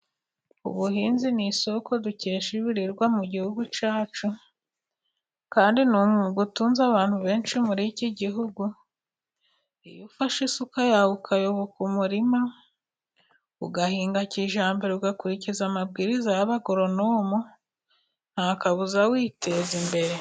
Ubuhinzi ni isoko dukesha ibirirwa mu gihugu cyacu, kandi ni umwuga utunze abantu benshi muri iki gihugu, iyo ufashe isuka yawe ukayoboka umurima, ugahinga kijyambere ugakurikiza amabwiriza y'abagoronomu, ntakabuza witeza imbere.